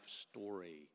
story